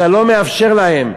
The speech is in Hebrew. ואתה לא מאפשר להם,